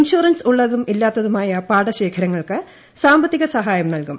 insurance ള്ള്ളതും ഇല്ലാത്തതുമായ പാടശേഖരങ്ങൾക്ക് സാമ്പത്തിക സഹായം മീനൽകും